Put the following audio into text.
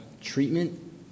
treatment